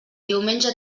diumenge